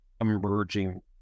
emerging